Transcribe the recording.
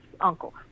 uncle